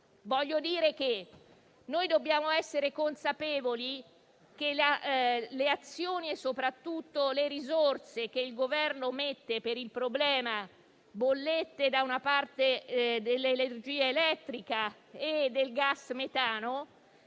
voglio dire che dobbiamo essere consapevoli che le azioni e soprattutto le risorse che il Governo stanzia per il problema delle bollette di energia elettrica e gas metano